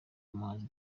umuhanzi